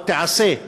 או תיעשה,